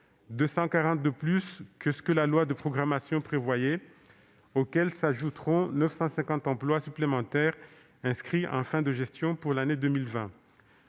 240 de plus que ce que la loi de programmation prévoyait. À ces recrutements s'ajouteront 950 emplois supplémentaires inscrits en fin de gestion pour l'année 2020.